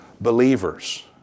believers